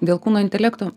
dėl kūno intelekto